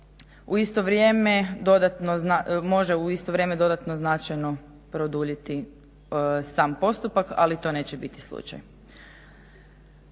u isto vrijeme dodatno može značajno produljiti sam postupak ali to neće biti slučaj.